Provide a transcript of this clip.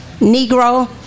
Negro